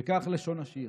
וכך לשון השיר: